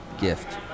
gift